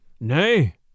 Nay